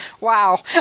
Wow